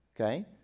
okay